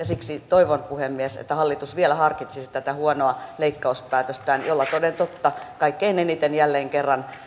siksi toivon puhemies että hallitus vielä harkitsisi tätä huonoa leikkauspäätöstään jolla toden totta kaikkein eniten jälleen kerran